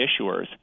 issuers